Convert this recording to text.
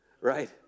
right